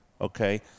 okay